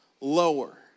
lower